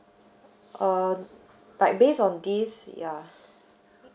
err like based on this ya